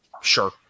Sure